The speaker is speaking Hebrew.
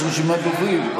יש רשימת דוברים.